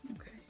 okay